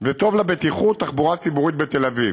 טוב לבטיחות, תחבורה ציבורית בתל אביב.